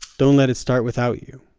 don't let it start without you